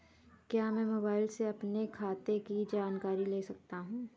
क्या मैं मोबाइल से अपने खाते की जानकारी ले सकता हूँ?